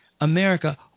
America